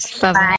Bye